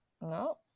no